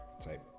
type